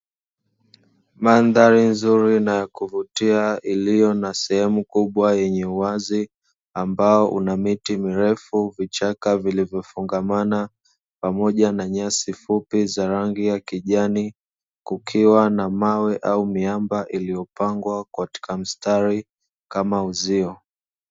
Mandhari nzuri na ya kuvutia iliyo na sehemu kubwa yenye uwazi ambao una miti mirefu, vichaka vilivyochangamana pamoja na nyasi fupi za rangi ya kijani, kukiwa na mawe au miamba iliyopangwa katika mstari kama uzio.